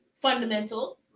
fundamental